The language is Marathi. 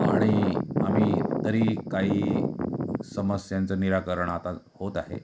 आणि आम्ही तरीही काही समस्यांचं निराकरण आता होत आहे